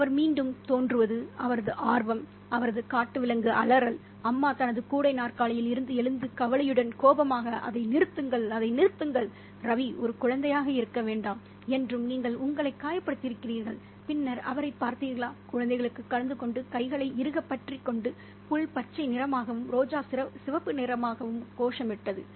அவர் மீண்டும் தோன்றுவது அவரது ஆர்வம் அவரது காட்டு விலங்கு அலறல் அம்மா தனது கூடை நாற்காலியில் இருந்து எழுந்து கவலையுடன் கோபமாக அதை நிறுத்துங்கள் அதை நிறுத்துங்கள் ரவி ஒரு குழந்தையாக இருக்க வேண்டாம் என்றும் நீங்களே உங்களை காயப்படுத்தியிருக்கிறீர்கள் பின்னர் அவரைப் பார்த்தீர்கள் குழந்தைகளுக்கு கலந்துகொண்டு கைகளை இறுகப் பற்றிக் கொண்டு புல் பச்சை நிறமாகவும் ரோஜா சிவப்பு நிறமாகவும் கோஷமிட்டது